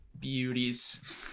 beauties